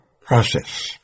process